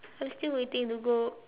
I'm still waiting to go